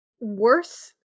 worth